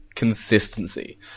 Consistency